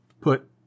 put